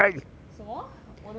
什么我的耳朵